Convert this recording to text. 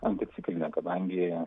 anticiklinė kadangi